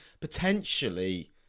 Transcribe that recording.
potentially